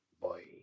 boy